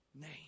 name